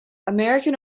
american